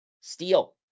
steel